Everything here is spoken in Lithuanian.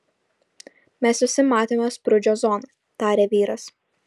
mes visi matėme sprūdžio zoną tarė vyras